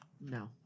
No